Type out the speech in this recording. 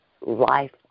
life